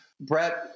Brett